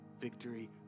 victory